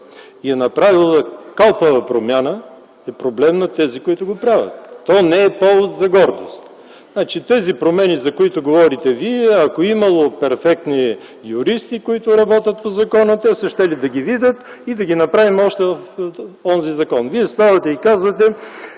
и е направило калпава промяна, е проблем на тези, които го правят, той не е повод за гордост. Промените, за които говорихте Вие, ако е имало перфектни юристи, които работят по закона, е трябвало да ги видят и да ги направят още в онзи закон. Вие ставате и казвате,